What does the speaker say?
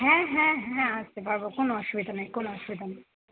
হ্যাঁ হ্যাঁ হ্যাঁ আসতে পারবো কোন অসুবিধা নেই কোন অসুবিধা নেই